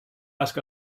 ask